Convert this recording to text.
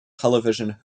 television